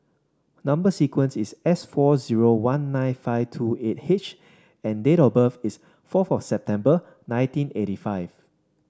number sequence is S four zero one nine five two eight H and date of birth is fourth of September nineteen eighty five